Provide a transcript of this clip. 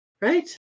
Right